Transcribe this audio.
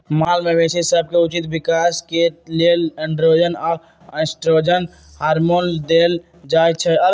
माल मवेशी सभके उचित विकास के लेल एंड्रोजन आऽ एस्ट्रोजन हार्मोन देल जाइ छइ